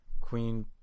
Queen